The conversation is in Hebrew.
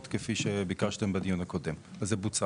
כפי שביקשתם בדיון הקודם אז זה בוצע.